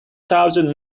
thousand